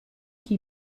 qui